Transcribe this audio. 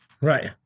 Right